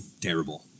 terrible